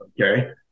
Okay